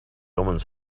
omens